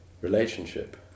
relationship